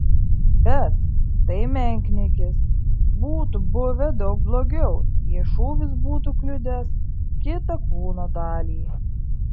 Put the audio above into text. bet tai menkniekis būtų buvę daug blogiau jei šūvis būtų kliudęs kitą kūno dalį